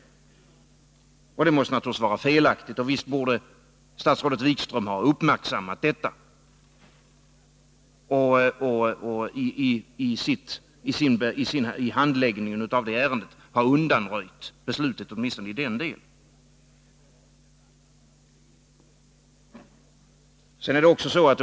Det förfarandet måste naturligtvis vara felaktigt, och visst borde statsrådet Wikström ha uppmärksammat detta och i handläggningen av ärendet ha undanröjt beslutet i åtminstone denna del.